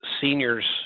seniors